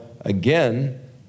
again